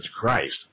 Christ